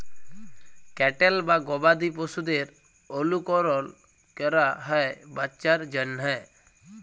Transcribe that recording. cattle বা গবাদি পশুদের অলুকরল ক্যরা হ্যয় বাচ্চার জ্যনহে